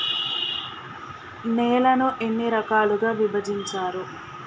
నేలలను ఎన్ని రకాలుగా విభజించారు?